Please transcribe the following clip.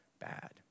bad